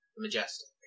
Majestic